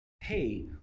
hey